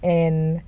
and